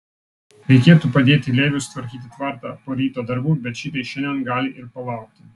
reikėtų padėti leviui sutvarkyti tvartą po ryto darbų bet šitai šiandien gali ir palaukti